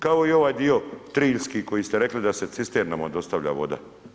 Kao i ovaj dio triljski koji ste rekli da se cisternama dostavlja voda.